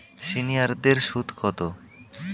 সিনিয়ারদের সুদ কত?